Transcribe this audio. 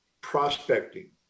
prospecting